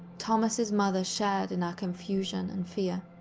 thomas' mother shared in our confusion and fear.